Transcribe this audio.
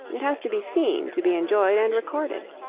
it has to be seen, to be enjoyed, and recorded.